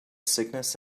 sickness